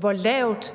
hvor lavt